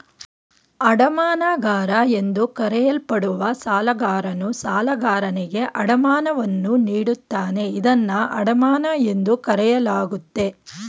ಅಡಮಾನಗಾರ ಎಂದು ಕರೆಯಲ್ಪಡುವ ಸಾಲಗಾರನು ಸಾಲಗಾರನಿಗೆ ಅಡಮಾನವನ್ನು ನೀಡುತ್ತಾನೆ ಇದನ್ನ ಅಡಮಾನ ಎಂದು ಕರೆಯಲಾಗುತ್ತೆ